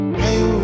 hey